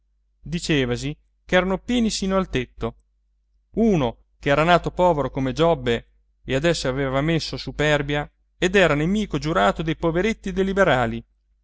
gesualdo dicevasi ch'erano pieni sino al tetto uno ch'era nato povero come giobbe e adesso aveva messo superbia ed era nemico giurato dei poveretti e dei liberali